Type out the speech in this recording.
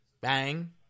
Bang